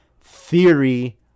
theory